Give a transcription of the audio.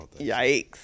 Yikes